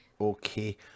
Okay